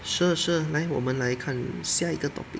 sure sure 来我们来看下一个 topic